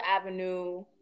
avenue